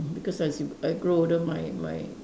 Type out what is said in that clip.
because as you as I grow older my my